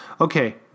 okay